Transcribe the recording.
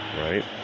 Right